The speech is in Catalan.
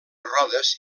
rodes